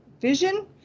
vision